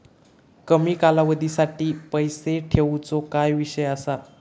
कमी कालावधीसाठी पैसे ठेऊचो काय विषय असा?